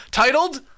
Titled